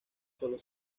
sólo